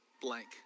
blank